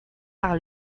par